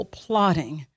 plotting